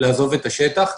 לעזוב את השטח.